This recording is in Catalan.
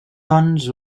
doncs